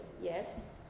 Yes